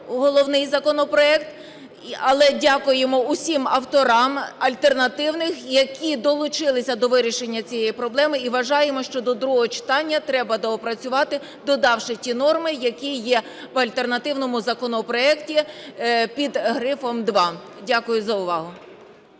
головний законопроект. Але дякуємо всім авторам альтернативних, які долучилися до вирішення цієї проблеми. І вважаємо, що до другого читання треба доопрацювати, додавши ті норми, які є в альтернативному законопроекті під грифом 2. Дякую за увагу.